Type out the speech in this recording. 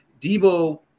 Debo